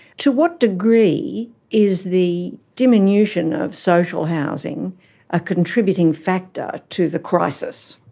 to what degree is the diminution of social housing a contributing factor to the crisis?